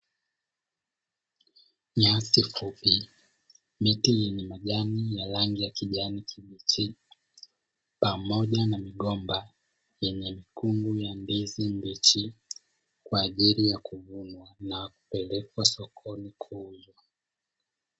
Nyasi fupi, miti yenye majani ya rangi ya kijani kibichi, pamoja na migomba yenye mikungu ya ndizi mbichi kwa ajili ya kuvunwa na kupelekwa sokoni kuuzwa.